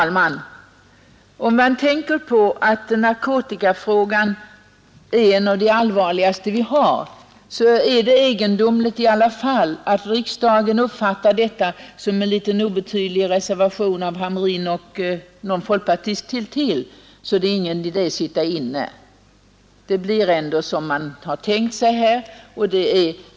Herr talman! Narkotikafrågan är en av de allvarligaste frågor vi har. Jag finner det därför egendomligt att riksdagens ledamöter uppfattar reservationen av herr Hamrin och ytterligare någon folkpartist som så liten och obetydlig att det inte är någon idé att sitta inne i kammaren — det blir ändå som utskottet har tänkt sig.